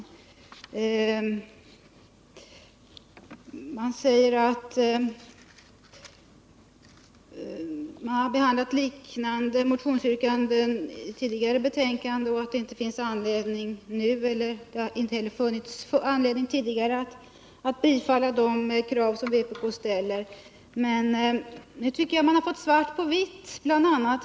Utskottet säger att riksdagen har behandlat liknande motionsyrkanden tidigare och inte funnit anledning att bifalla de krav som vpk ställer. Men nu tycker jag att vi har fått svart på vitt —bl.a.